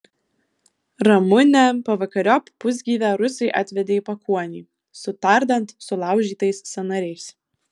ramunę pavakariop pusgyvę rusai atvedė į pakuonį su tardant sulaužytais sąnariais